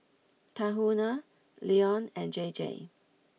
Tahuna Lion and J J